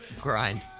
Grind